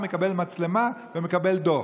מצולם ומקבל דוח,